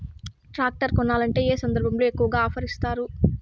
Tractor కొనాలంటే ఏ సందర్భంలో ఎక్కువగా ఆఫర్ ఇస్తారు?